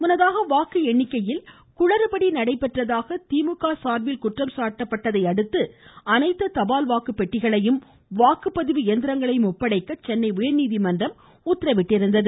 முன்னதாக வாக்கு எண்ணிக்கையில் குளறுபடி நடைபெற்றதாக திமுக குற்றம் சாட்டியதை அடுத்து அனைத்து தபால் வாக்கு பெட்டிகளையும் வாக்குப்பதிவு இயந்திரங்களையும் ஒப்படைக்க சென்னை உயா்நீதிமன்றம் உத்தரவிட்டிருந்தது